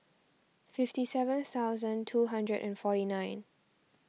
fifty seven thousand two hundred and forty nine